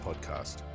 podcast